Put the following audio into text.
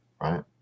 right